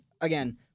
again